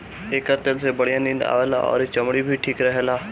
एकर तेल से बढ़िया नींद आवेला अउरी चमड़ी भी ठीक रहेला